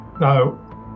No